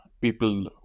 people